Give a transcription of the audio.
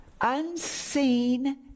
unseen